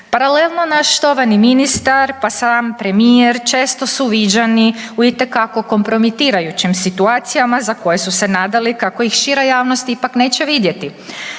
Paralelno naš štovani ministar, pa sam premijer, često su viđani u itekako kompromitirajućim situacijama za koje su se nadali kako ih šira javnost ipak neće vidjeti.